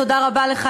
תודה רבה לך,